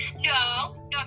No